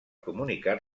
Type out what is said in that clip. comunicar